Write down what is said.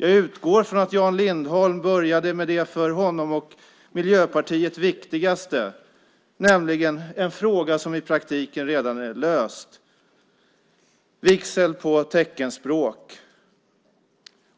Jag utgår från att Jan Lindholm började med det för honom och Miljöpartiet viktigaste, nämligen en fråga som i praktiken redan är löst, vigsel på teckenspråk.